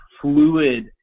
fluid